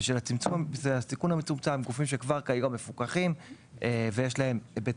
עם זאת, בשל הסיכון המצומצם ובשביל לצמצם את היקף